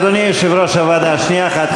אדוני יושב-ראש הוועדה, שנייה אחת.